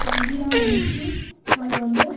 உயிராக நெனைச்சு அதை வந்து